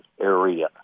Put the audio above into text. area